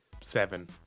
seven